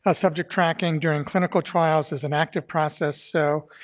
ah subject tracking during clinical trials is an active process so